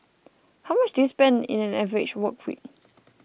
how much do you spend in an average work week